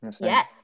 Yes